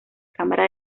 cámara